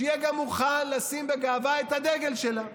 שיהיה גם מוכן לשים בגאווה את הדגל שלה.